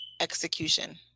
execution